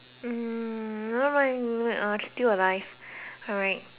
hmm not right hmm I can still alive alright